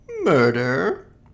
murder